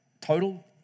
total